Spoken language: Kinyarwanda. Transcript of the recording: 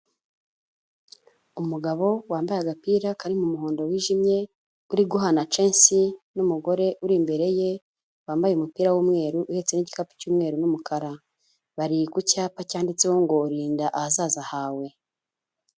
Umugabo wambaye agapira kari mu muhondo wijimye, uri guhana censi n'umugore uri imbere ye, wambaye umupira w'umweru uhetse n'igikapu cy'umweru n'umukara, bari ku cyapa cyanditseho ngo rinda ahazaza hawe.